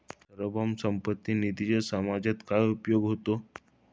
सार्वभौम संपत्ती निधीचा समाजात काय उपयोग होतो?